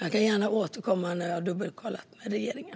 Jag kan gärna återkomma när jag har dubbelkollat med regeringen.